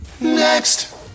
Next